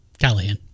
Callahan